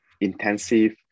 intensive